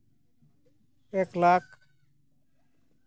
ᱮᱠ ᱞᱟᱠᱷ